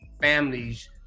families